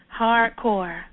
Hardcore